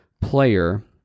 player